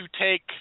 take